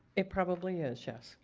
it probably is, yes,